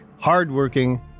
hardworking